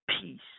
peace